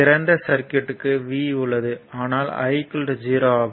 திறந்த சர்க்யூட்க்கு V உள்ளது ஆனால் I 0 ஆகும்